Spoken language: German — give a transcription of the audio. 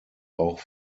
auch